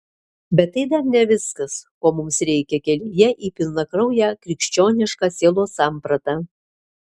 bet tai dar ne viskas ko mums reikia kelyje į pilnakrauję krikščionišką sielos sampratą